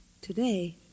Today